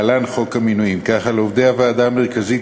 להלן: הוועדה המרכזית,